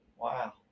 Wow